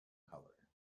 color